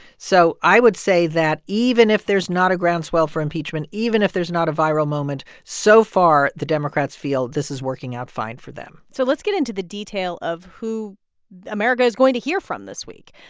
so i would say that even if there's not a groundswell for impeachment, even if there's not a viral moment, so far, the democrats feel this is working out fine for them so let's get into the detail of who america is going to hear from this week.